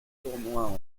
tournois